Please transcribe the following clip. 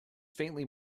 faintly